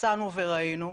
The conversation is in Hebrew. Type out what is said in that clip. מצאנו וראינו,